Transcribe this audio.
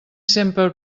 sempre